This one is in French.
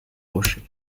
rocher